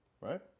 right